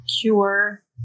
cure